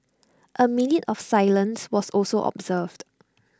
A minute of silence was also observed